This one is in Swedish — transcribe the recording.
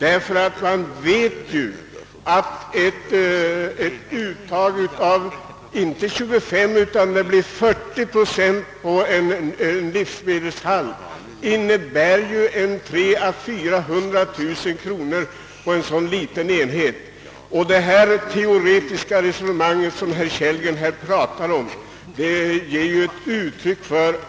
En investeringsavgift på 25 procent -- som i realiteten innebär ett uttag på 40 procent — skulle för en så liten enhet som en livsmedelshandel betyda 300 000 å 400 000 kronor.